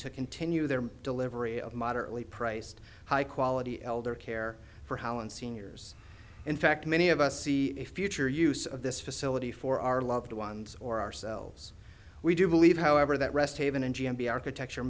to continue their delivery of moderately priced high quality elder care for holland seniors in fact many of us see a future use of this facility for our loved ones or ourselves we do believe however that rest haven in g m b architecture